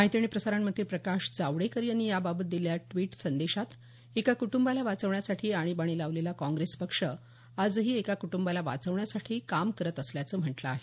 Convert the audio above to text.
माहिती आणि प्रसारणमंत्री प्रकाश जावडेकर यांनी याबाबत दिलेल्या द्विट संदेशात एका कुटुंबाला वाचवण्यासाठी आणीबाणी लावलेला काँग्रेस पक्ष आजही एका कुटुंबाला वाचवण्यासाठी काम करत असल्याचं म्हटलं आहे